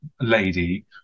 lady